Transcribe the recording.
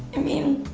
i mean